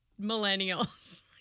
Millennials